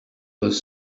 was